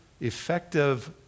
effective